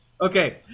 Okay